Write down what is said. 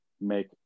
make